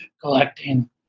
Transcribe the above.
collecting